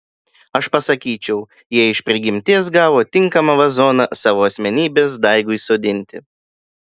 aš pasakyčiau jie iš prigimties gavo tinkamą vazoną savo asmenybės daigui sodinti